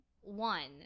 one